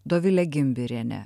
dovilė gimbirienė